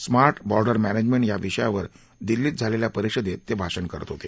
smart border management या विषयावर दिल्लीत झालेल्या परिषदेत ते भाषण करत होते